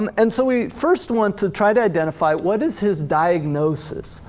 um and so we first want to try to identify, what is his diagnosis?